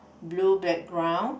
blue background